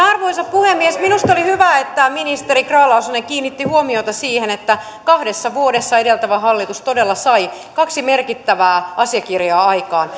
arvoisa puhemies minusta oli hyvä että ministeri grahn laasonen kiinnitti huomiota siihen että kahdessa vuodessa edeltävä hallitus todella sai kaksi merkittävää asiakirjaa aikaan